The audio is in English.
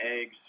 eggs